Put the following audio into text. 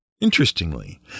Interestingly